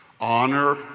Honor